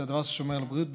זה דבר ששומר על הבריאות,